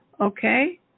Okay